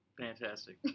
Fantastic